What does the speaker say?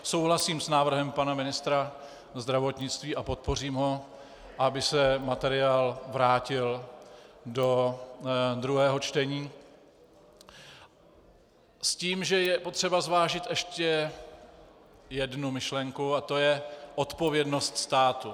Souhlasím s návrhem pana ministra zdravotnictví a podpořím ho, aby se materiál vrátil do druhého čtení s tím, že je potřeba zvážit ještě jednu myšlenku, a to je odpovědnost státu.